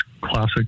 classic